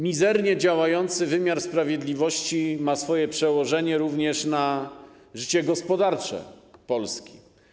Mizernie działający wymiar sprawiedliwości ma swoje przełożenie również na życie gospodarcze Polski.